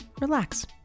relax